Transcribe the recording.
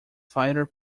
fighter